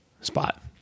spot